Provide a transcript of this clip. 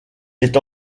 est